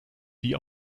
die